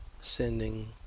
sending